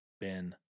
Ben